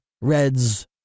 reds